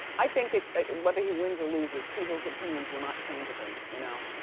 i think that whether he wins or loses, people's opinions will not change of him, you know?